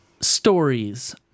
stories